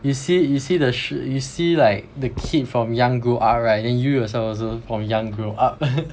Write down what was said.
you see you see the sho~ you see like the kid from young grow up right then you yourself also from young grew up